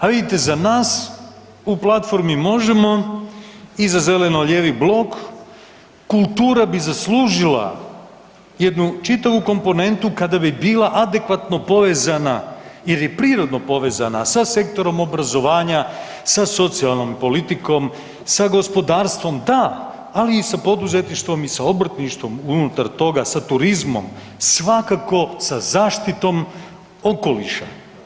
A vidite za nas u platformi Možemo i za zeleno-lijevi blok kultura bi zaslužila jednu čitavu komponentu kada bi bila adekvatno povezana jer je prirodno povezana sa sektorom obrazovanja, sa socijalnom politikom, sa gospodarstvom da, ali i sa poduzetništvom i sa obrtništvom unutar toga, sa turizmom, svakako sa zaštitom okoliša.